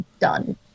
done